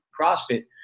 CrossFit